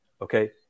okay